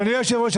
אדוני היושב ראש,